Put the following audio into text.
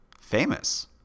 famous